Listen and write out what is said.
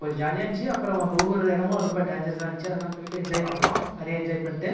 கொஞ்சம் ஜாலியாக இருந்துச்சு அப்புறம் ஒவ்வொரு இடமும் ரொம்ப டேஞ்சரஸாக இருந்துச்சு அதெல்லாம் போயிட்டு என்ஜாய் பண்ணோம் நிறைய என்ஜாய் பண்ணிவிட்டு